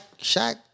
Shaq